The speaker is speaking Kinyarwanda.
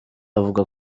avuga